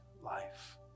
life